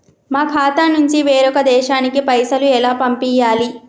మా ఖాతా నుంచి వేరొక దేశానికి పైసలు ఎలా పంపియ్యాలి?